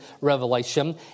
revelation